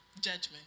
judgment